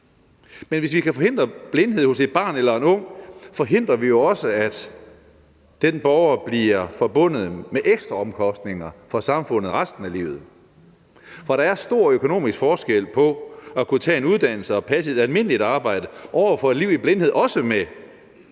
men hvis vi kan forhindre blindhed hos et barn eller en ung, forhindrer vi jo også, at den borger bliver forbundet med ekstraomkostninger for samfundet resten af livet. For der er stor økonomisk forskel på at kunne tage en uddannelse og passe et almindeligt arbejde over for et liv i blindhed også med